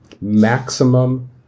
maximum